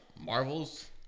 marvels